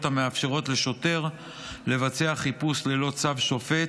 המאפשרות לשוטר לבצע חיפוש ללא צו שופט.